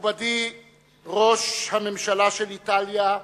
מכובדי ראש הממשלה של איטליה,